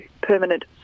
permanent